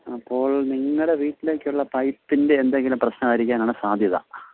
അപ്പോൾ നിങ്ങളുടെ വീട്ടിലേക്കുള്ള പൈപ്പിൻ്റെ എന്തെങ്കിലും പ്രശ്നം ആയിരിക്കാനാണ് സാധ്യത